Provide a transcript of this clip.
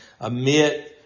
Amit